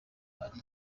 ari